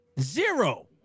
Zero